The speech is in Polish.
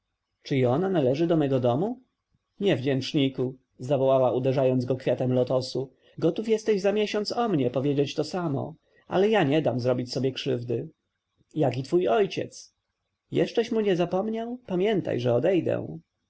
czy i ona należy do mego domu niewdzięczniku zawołała uderzając go kwiatem lotosu gotów jesteś za miesiąc o mnie powiedzieć to samo ale ja nie dam zrobić sobie krzywdy jak i twój ojciec jeszcześ mu nie zapomniał pamiętaj że odejdę